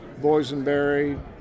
boysenberry